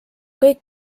kõik